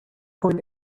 point